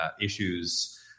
issues